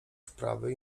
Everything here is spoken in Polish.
wprawy